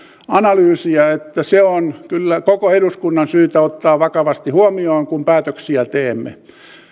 analyysia että se on kyllä koko eduskunnan syytä ottaa vakavasti huomioon kun päätöksiä teemme